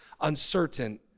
uncertain